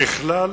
ככלל,